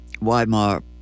Weimar